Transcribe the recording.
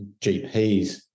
gps